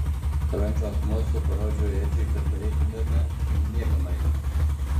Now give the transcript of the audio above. rankos mostu parodžiau edžiui kad eitumėme į miegamąjį